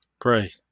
Pray